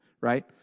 Right